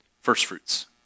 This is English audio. Firstfruits